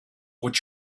what